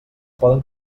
poden